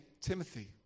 Timothy